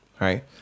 right